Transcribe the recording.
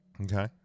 okay